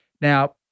Now